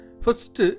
first